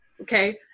Okay